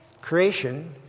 Creation